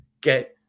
get